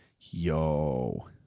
Yo